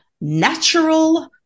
natural